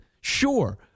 sure